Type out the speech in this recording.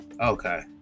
Okay